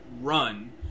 run